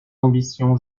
ambitions